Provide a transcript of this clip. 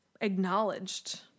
acknowledged